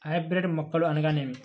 Hybrid మొక్కలు అనగానేమి?